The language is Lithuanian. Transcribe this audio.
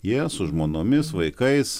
jie su žmonomis vaikais